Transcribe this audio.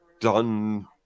done